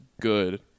good